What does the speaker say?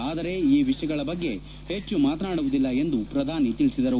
ಆದರೆ ಈ ವಿಷಯಗಳ ಬಗ್ಗೆ ಹೆಚ್ಚು ಮಾತನಾಡುವುದಿಲ್ಲ ಎಂದು ಪ್ರಧಾನಿ ತಿಳಿಸಿದರು